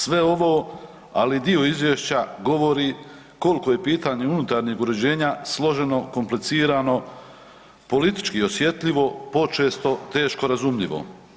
Sve ovo, ali i dio Izvješća govori koliko je pitanje unutarnjeg uređenja složeno, komplicirano, politički osjetljivo počesto teško razumljivo.